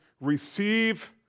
receive